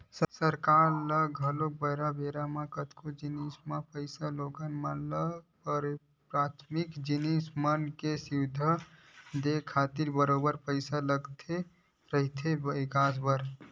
सरकार ल घलो बेरा बेरा म कतको जिनिस म लोगन मन ल पराथमिक जिनिस मन के सुबिधा देय खातिर बरोबर पइसा लगत रहिथे बिकास बर